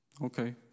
Okay